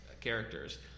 characters